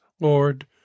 Lord